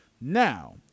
Now